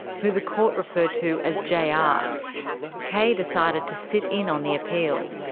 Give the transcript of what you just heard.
who the court referred to as jr. ah kay decided to sit in on the appeal.